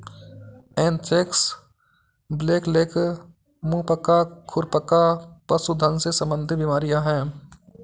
anthrax, blackleg, मुंह पका, खुर पका पशुधन से संबंधित बीमारियां हैं